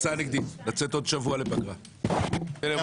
(הישיבה נפסקה בשעה 13:35 ונתחדשה בשעה 13:42) שלום